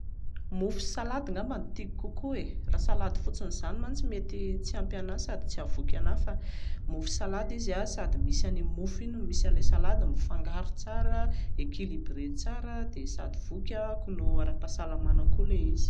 Mofo salady angamba no tiako kokoa e, raha salady fotsiny izany mantsy mety tsy ampy anahy no sady tsy hahavoky anahy, a mofo salady izy a sady misy an'iny mofo iny no misy an'ilay salady mifangaro tsara, équilibré tsara, dia sady voky ahako no ara-pahasalamana tsara ilay izy